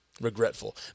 regretful